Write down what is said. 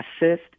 assist